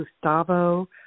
Gustavo